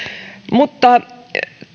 mutta